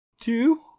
two